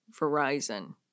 Verizon